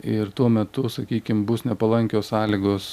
ir tuo metu sakykim bus nepalankios sąlygos